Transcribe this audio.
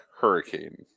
hurricane